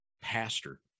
pastor